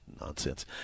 nonsense